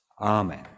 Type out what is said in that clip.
Amen